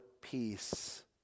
peace